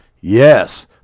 yes